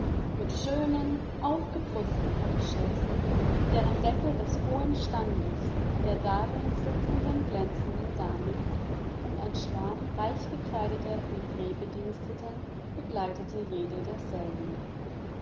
mit schön aufgeputzten portechaisen deren deckel des hohen standes der darin sitzenden glänzenden dame und ein schwarm reichgekleideter livreebediensteten begleitete jede derselben